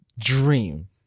dream